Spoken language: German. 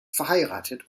verheiratet